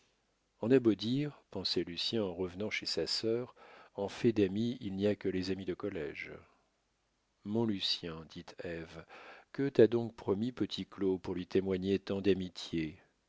on a beau dire pensait lucien en revenant chez sa sœur en fait d'amis il n'y a que les amis de collége mon lucien dit ève que t'a donc promis petit claud pour lui témoigner tant d'amitié